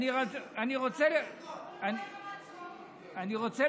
אני רוצה לשאול